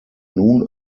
nun